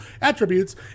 attributes